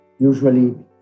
Usually